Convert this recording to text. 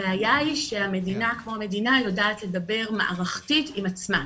הבעיה היא שהמדינה כמו מדינה לדבר מערכתית עם עצמה.